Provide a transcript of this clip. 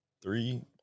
Three